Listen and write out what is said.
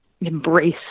embrace